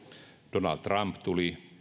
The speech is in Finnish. donald trump tuli